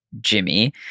Jimmy